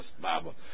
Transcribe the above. Bible